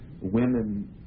women